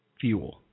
fuel